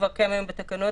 כבר קיים היום בתקנות.